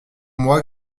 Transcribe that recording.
mois